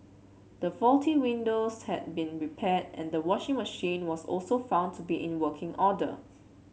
the faulty windows had been repaired and the washing machine was also found to be in working order